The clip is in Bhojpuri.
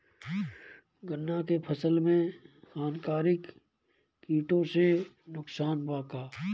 गन्ना के फसल मे हानिकारक किटो से नुकसान बा का?